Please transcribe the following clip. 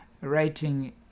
writing